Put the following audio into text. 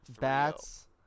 Bats